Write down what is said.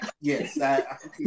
Yes